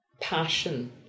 passion